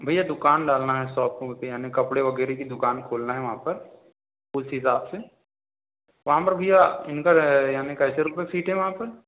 भैया दुकान डालना है शॉप यानी कपड़े वगैरह की दुकान खोलना है वहाँ पर उस हिसाब से वहाँ पर भैया इनका यानी कैसे रुपये फ़ीट हैं वहाँ पर